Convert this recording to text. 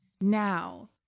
Now